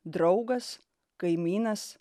draugas kaimynas